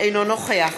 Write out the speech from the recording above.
אינו נוכח